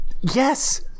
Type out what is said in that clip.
yes